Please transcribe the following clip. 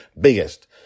biggest